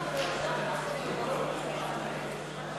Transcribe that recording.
30, נגדה,